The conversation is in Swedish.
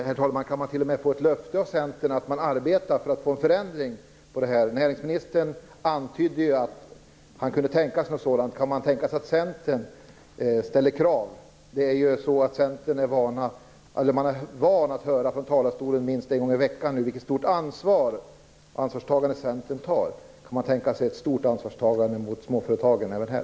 Herr talman! Kan man t.o.m. få ett löfte av Centern att man arbetar för att få en förändring till stånd? Näringsministern antydde att han kunde tänka sig något sådant. Kan man tänka sig att Centern ställer krav? Man är ju van att höra från talarstolen minst en gång i veckan vilket stort ansvar Centern tar. Kan man tänka sig ett stort ansvarstagande gentemot småföretagen även här?